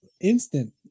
instant